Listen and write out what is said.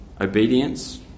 Obedience